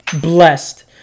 blessed